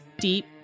deep